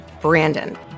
Brandon